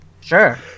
Sure